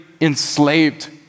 enslaved